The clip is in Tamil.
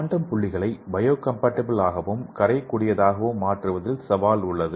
குவாண்டம் புள்ளிகளை பயோகம்பாட்டிபிள் ஆகவும் கரையக்கூடியதாகவும் மாற்றுவதில் சவால் உள்ளது